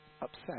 upset